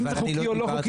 אם זה חוקי או לא חוק,